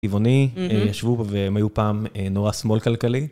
טבעוני, ישבו והם היו פעם נורא שמאל כלכלי.